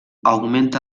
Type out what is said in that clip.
augmenta